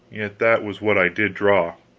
yet that was what i did draw.